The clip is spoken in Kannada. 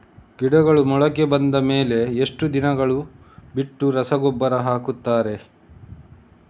ಗಿಡಗಳು ಮೊಳಕೆ ಬಂದ ಮೇಲೆ ಎಷ್ಟು ದಿನಗಳು ಬಿಟ್ಟು ರಸಗೊಬ್ಬರ ಹಾಕುತ್ತಾರೆ?